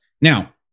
Now